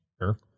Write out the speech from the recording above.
Sure